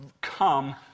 come